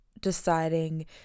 deciding